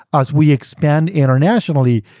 as we expand internationally,